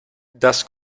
das